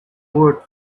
word